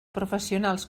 professionals